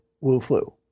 Wu-Flu